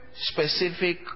specific